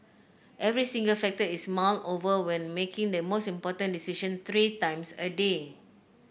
every single factor is mulled over when making the most important decision three times a day